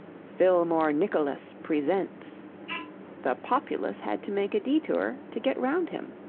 fillmore nicholas presents the populace had to make a detour to get round him.